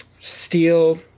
steel